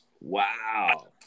Wow